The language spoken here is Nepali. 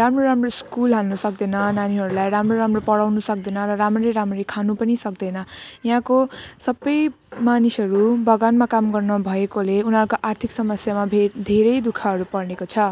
राम्रो राम्रो स्कुल हाल्नु सक्दैन नानीहरूलाई राम्रो राम्रो पढाउनु सक्दैन र राम्ररी राम्ररी खानु पनि सक्दैन यहाँको सबै मानिसहरू बगानमा काम गर्ने भएकोले उनीहरूको आर्थिक समस्यामा भई धेरै दुःखहरू पर्नेको छ